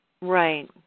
Right